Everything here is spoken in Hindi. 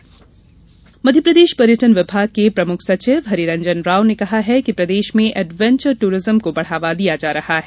पर्यटन मध्यप्रदेश पर्यटन विभाग के प्रमुख सचिव हरिरंजन राव ने कहा है कि प्रदेश में एडवेंचर टूरिज्म को बढ़ावा दिया जा रहा है